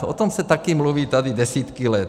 O tom se taky mluví tady desítky let.